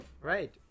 Right